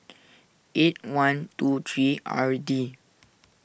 eight one two three R D